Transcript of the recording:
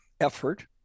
effort